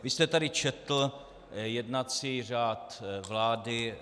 Vy jste tady četl jednací řád vlády.